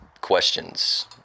questions